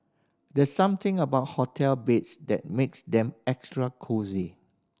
there's something about hotel beds that makes them extra cosy